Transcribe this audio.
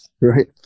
Right